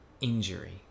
injury